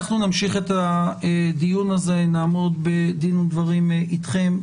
נמשיך את הדיון הזה, נעמוד בדין ודברים אתכם.